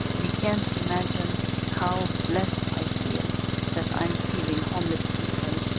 and you can't imagine how blessed i feel that i'm feeding homeless people,